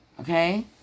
Okay